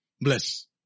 Bless